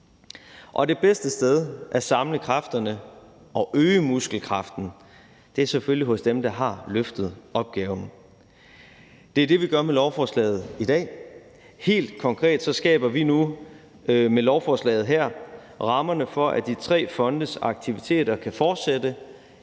Det bedste sted at samle kræfterne og øge muskelkraften er selvfølgelig hos dem, der har løftet opgaven. Det er det, vi gør med lovforslaget i dag. Helt konkret skaber vi nu med lovforslaget her rammerne for, at de tre fondes aktiviteter kan fortsætte